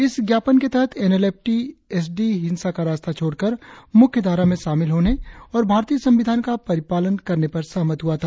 इस ज्ञापन के तहत N L F T S D हिंसा का रास्ता छोड़कर मुख्य धारा में शामिल होने और भारतीय संविधान का परिपालन करने पर सहमत हुआ था